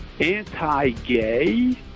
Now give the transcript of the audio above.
anti-gay